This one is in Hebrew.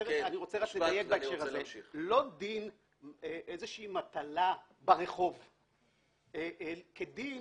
לא דין איזו שהיא מטלה ברחוב כדין